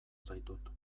zaitut